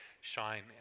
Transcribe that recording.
shine